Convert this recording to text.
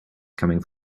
coming